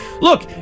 Look